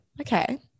okay